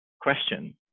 question